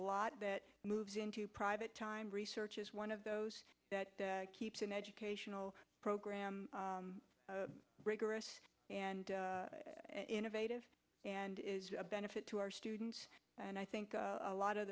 lot that moves into private time research is one of those that keeps an educational program rigorous and innovative and is a benefit to our students and i think a lot of